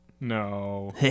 No